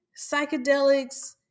psychedelics